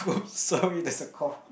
sorry there's a cough